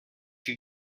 you